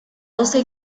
doce